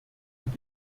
und